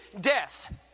death